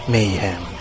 Mayhem